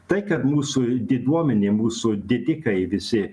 tai kad mūsų diduomenė mūsų didikai visi